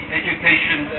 education